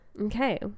okay